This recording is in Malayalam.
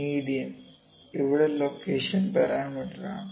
മീഡിയൻ ഇവിടെ ലൊക്കേഷൻ പാരാമീറ്ററാണ്